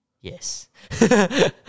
Yes